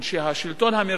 שהשלטון המרכזי,